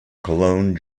cologne